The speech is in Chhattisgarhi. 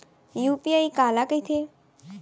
यू.पी.आई काला कहिथे?